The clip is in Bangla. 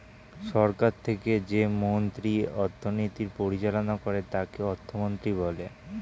সরকার থেকে যে মন্ত্রী অর্থনীতি পরিচালনা করে তাকে অর্থমন্ত্রী বলে